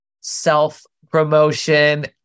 self-promotion